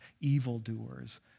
evildoers